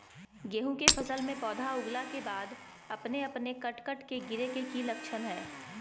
गेहूं के फसल में पौधा के उगला के बाद अपने अपने कट कट के गिरे के की लक्षण हय?